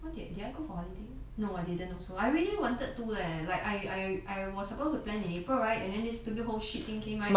what do I did I go for a holiday no I didn't also I really wanted to leh like I I was supposed to plan in april right and then this stupid whole shit thing came right